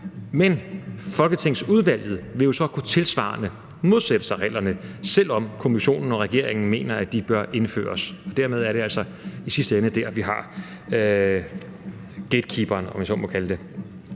Men folketingsudvalget vil jo så tilsvarende kunne modsætte sig reglerne, selv om kommissionen og regeringen mener, at de bør indføres. Dermed er det altså i sidste ende der, vi har gatekeeperen, om jeg så må sige.